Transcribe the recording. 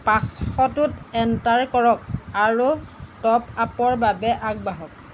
পাঁচশটো enter কৰক আৰু টপ আপৰ বাবে আগবাঢ়ক